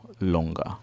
longer